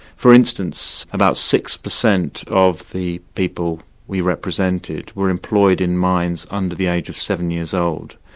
for instance, about six percent of the people we represented were employed in mines under the age of seven years old,